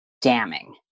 damning